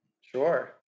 Sure